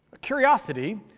curiosity